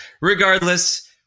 Regardless